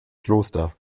kloster